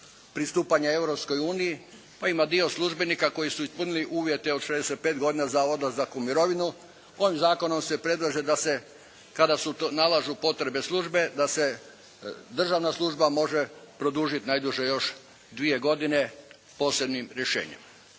pristupanje Europskoj uniji, pa ima dio službenika koji su ispunili uvjete od 65 godina za odlazak u mirovinu. Ovim zakonom se predlaže da se kada nalažu potrebe službe da se državna služba može produžiti najduže još dvije godine posebnim rješenjem.